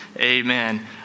Amen